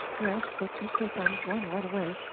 yes, but be quick i'm going right away.